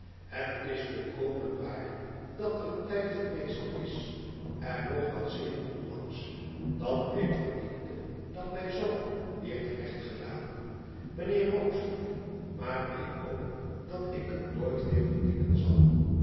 het is volkomen waar dat er een tijd geweest is en nog wel zeer onlangs dat ik verdiende dat mij z wierd recht gedaan mijnheer rokesmith maar ik hoop dat ik het nooit weer verdienen zal